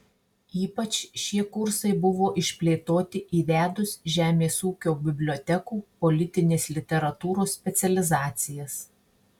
ypač šie kursai buvo išplėtoti įvedus žemės ūkio bibliotekų politinės literatūros specializacijas